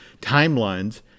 timelines